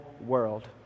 world